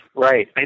Right